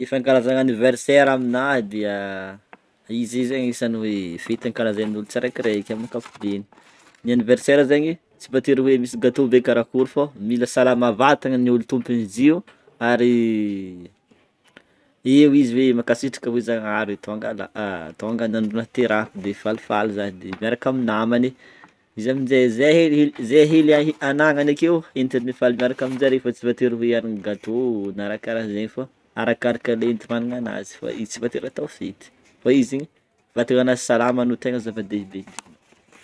Ny fankalazagna anniversaire aminahy dia izy io zegny isan'ny hoe fety ankalazan'i olo tsiraikiraiky amin'ny ankapobeny, ny anniversaire zegny, tsy votery hoe misy gâteau bé karakôry fô mila salama vatagna ny ôlo tompony izy io ary eo izy hoe mankasitra hoe Zagnahary tonga la- tonga ny andro naterahako de falifaly zah de miaraka amin'ny namana e izy amin'jay zay helihely zay hely ahe- anagnany akeo entiny mifaly miaraka amin'jare fa tsy votery hoe hanagna gâteaux na ra karahan'zegny fô arakaraka le enti-managna anazy fô tsy votery ato fety, fa izy zegny vatagna anazy salama no tegna zava-dehibe.